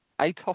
ATOS